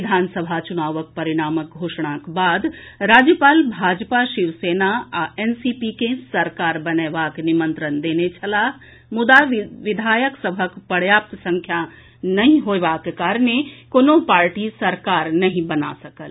विधानसभा चुनावक परिणामक घोषणाक बाद राज्यपाल भाजपा शिव सेना आ एनसीपी कॅ सरकार बनएबाक निमंत्रण देने छलाह मुदा विधायक सभक प्रर्याप्त संख्या नहि होयबाक कारणे कोनो पार्टी सरकार नहि बना सकल